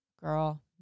Girl